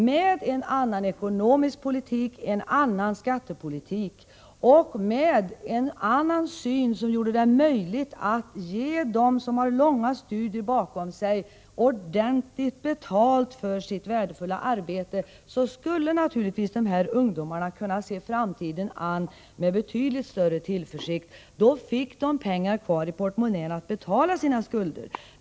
Med en annan ekonomisk politik, en annan skattepolitik och en annan syn som gjorde det möjligt att ge dem som har långa studier bakom sig ordentligt betalt för det värdefulla arbete som de utför skulle dagens ungdomar naturligtvis kunna se framtiden an med betydligt större tillförsikt. Då fick de pengar kvar i portmonnän till att betala sina skulder med.